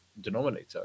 denominator